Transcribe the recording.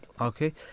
Okay